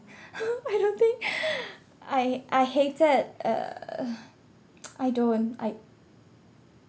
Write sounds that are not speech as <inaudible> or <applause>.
<laughs> I don't think I I hated uh <noise> I don't I